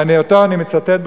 ואותו אני מצטט,